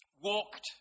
walked